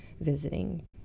visiting